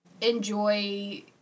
enjoy